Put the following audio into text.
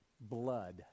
blood